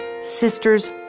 sisters